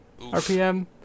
RPM